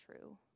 true